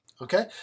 Okay